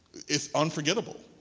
it's unforgettable.